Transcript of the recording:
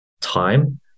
time